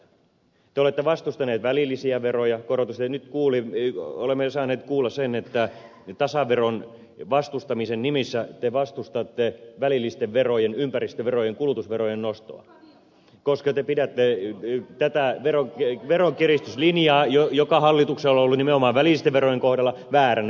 te olette vastustaneet välillisten verojen korotusta ja nyt olemme jo saaneet kuulla sen että tasaveron vastustamisen nimissä te vastustatte välillisten verojen ympäristöverojen kulutusverojen nostoa koska te pidätte tätä veronkiristyslinjaa joka hallituksella on ollut nimenomaan välillisten verojen kohdalla vääränä